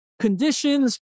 conditions